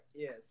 Yes